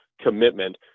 Commitment